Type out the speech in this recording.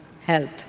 health